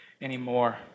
anymore